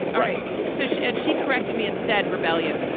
all right. so she and she corrected me and said rebellion.